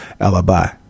alibi